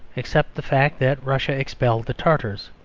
except the fact that russia expelled the tartars.